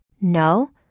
No